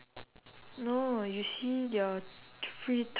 I don't know leh free talk lah anyhow talk lah